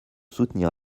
soutenir